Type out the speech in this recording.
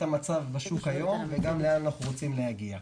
המצב בשוק וגם לאן אנחנו רוצים להגיע.